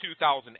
2008